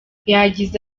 yagize